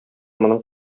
моның